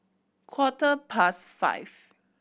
quarter past five